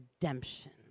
redemption